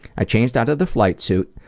i changed out of the flight suit,